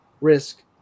risk